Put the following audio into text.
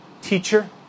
Teacher